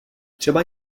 třeba